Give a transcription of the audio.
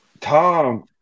Tom